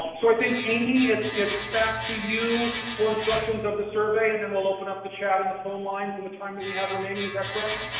um so i think, amy, it's it's back to you for instructions of the survey, and then we'll open the chat and the phone lines in the time that we have remaining is that correct?